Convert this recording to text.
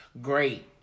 great